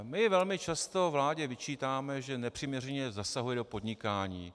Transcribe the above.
My velmi často vládě vyčítáme, že nepřiměřeně zasahuje do podnikání.